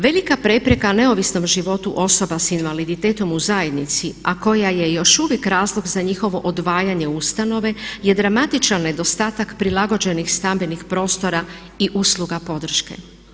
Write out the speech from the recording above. Velika prepreka neovisnom životu osoba s invaliditetom u zajednici a koja je još uvijek razlog za njihovo odvajanje ustanove je dramatičan nedostatak prilagođenih stambenih prostora i usluga podrške.